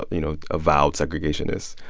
ah you know, avowed segregationists.